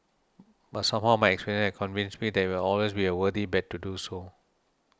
but somehow my experiences have convinced me that it will always be a worthy bet to do so